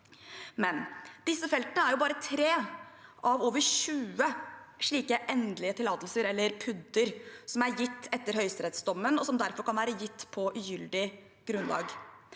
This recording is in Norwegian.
Men disse feltene er jo bare tre av over tjue slike endelige tillatelser, eller PUD-er, som er gitt etter høyesterettsdommen, og som derfor kan være gitt på ugyldig grunnlag.